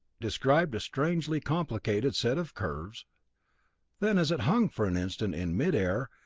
described a strangely complicated set of curves then, as it hung for an instant in mid-air,